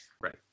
Right